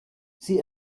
sie